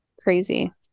crazy